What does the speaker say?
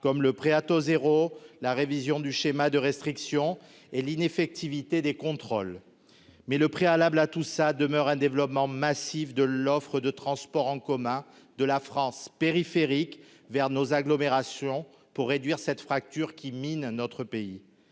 comme le prêt à taux la révision du schéma de restrictions et l'idée effectivité des contrôles mais le préalable à tout ça demeure un développement massif de l'offre de transports en commun de la France périphérique vers nos agglomérations pour réduire cette fracture qui mine notre pays,